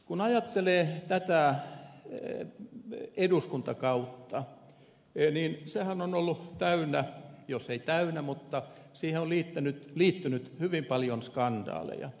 kun ajattelee tätä eduskuntakautta niin sehän on ollut jos ei täynnä mutta siihen on liittynyt hyvin paljon skandaaleja